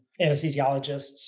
anesthesiologists